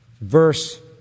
verse